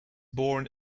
born